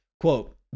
Quote